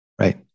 right